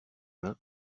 mains